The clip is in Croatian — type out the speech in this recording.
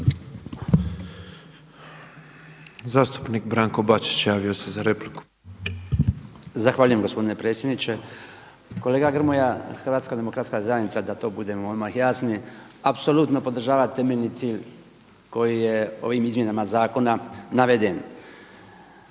Zastupnik Branko Bačić javio se za repliku. **Bačić, Branko (HDZ)** Zahvaljujem gospodine predsjedniče. Kolega Grmoja, Hrvatska demokratska zajednica da to budemo odmah jasni apsolutno podržava temeljni cilj koji je ovim izmjenama zakona naveden.